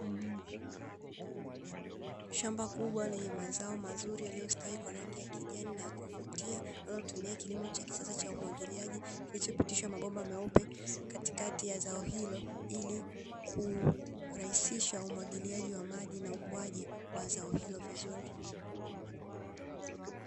Shamba kubwa lenye mazao mazuri yaliyostawi kwa rangi ya kijani na ya kuvutia, linaotumia kilimo cha kisasa cha umwagiliaji, kilichopitisha mabomba meupe katikati ya zao hilo, ili kurahisisha umwagiliaji wa maji na ukuaji wa zao hilo vizuri.